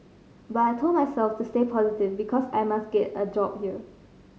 but I told myself to stay positive because I must get a job here